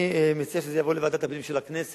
אני מציע שזה יבוא לוועדת הפנים של הכנסת.